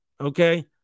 Okay